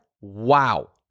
wow